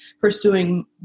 pursuing